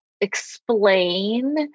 explain